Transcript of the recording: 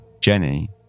Jenny